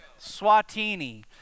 Swatini